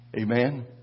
Amen